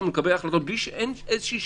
לקבל החלטות בלי שיש איזושהי שקיפות.